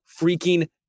freaking